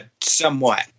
somewhat